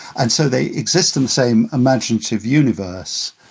and so they existant same imaginative universe,